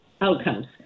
outcomes